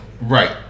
Right